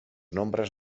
nombres